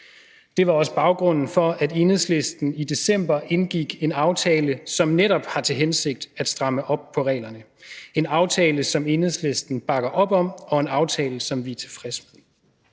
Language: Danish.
Det var også baggrunden for, at Enhedslisten i december indgik en aftale, som netop har til hensigt at stramme op på reglerne – en aftale, som Enhedslisten bakker op om, og en aftale, som vi er tilfredse med,